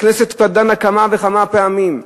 הכנסת כבר דנה כמה וכמה פעמים.